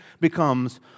becomes